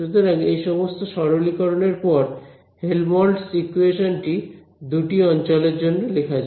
সুতরাং এই সমস্ত সরলীকরণ এর পর হেলমহল্টজ ইকুয়েশন টি দুটি অঞ্চলের জন্য লেখা যাক